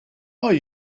are